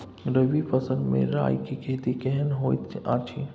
रबी फसल मे राई के खेती केहन होयत अछि?